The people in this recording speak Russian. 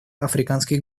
африканских